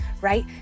right